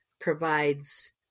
provides